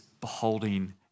beholding